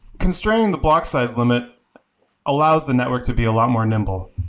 constraining the block size limit allows the network to be a lot more nimble.